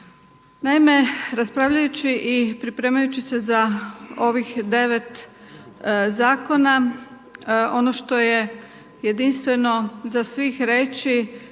Naime, raspravljajući i pripremajući se za ovih devet zakona, ono što je jedinstveno za sve reći,